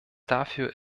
dafür